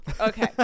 Okay